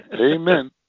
amen